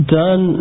done